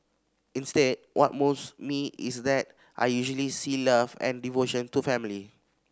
instead what moves me is that I usually see love and devotion to family